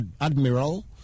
Admiral